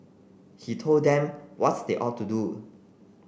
he told them what's they ought to do